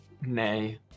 Nay